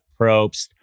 Probst